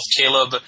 caleb